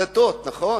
הדתות, נכון?